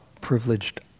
privileged